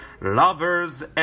lovers